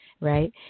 right